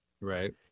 Right